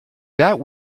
that